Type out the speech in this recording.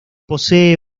posee